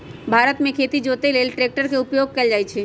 भारत मे खेती जोते लेल ट्रैक्टर के उपयोग कएल जाइ छइ